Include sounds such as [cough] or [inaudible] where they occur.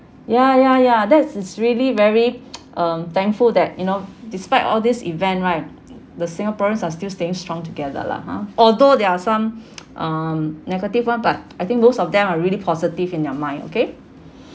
ya ya ya that is really very [noise] um thankful that you know despite all this event right the singaporeans are still staying strong together lah ha although there are some [noise] um negative one but I think most of them are really positive in their mind okay